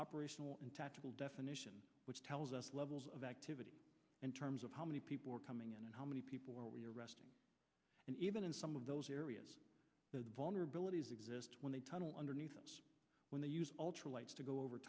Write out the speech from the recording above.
operational and tactical definition which tells us levels of activity in terms of how many people are coming in and how many people are we are arresting and even in some of those areas those vulnerabilities exist when they tunnel underneath when they use ultra lights to go over